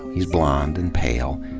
he's blond and pale.